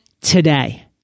today